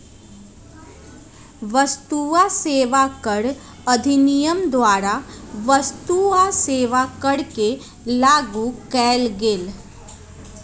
वस्तु आ सेवा कर अधिनियम द्वारा वस्तु आ सेवा कर के लागू कएल गेल